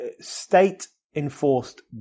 state-enforced